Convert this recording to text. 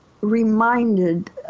reminded